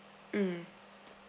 mmhmm